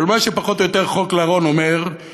אבל מה שפחות או יותר חוק לרון אומר זה